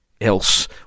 else